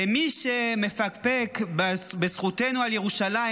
למי שמפקפק בזכותנו על ירושלים,